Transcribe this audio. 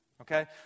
Okay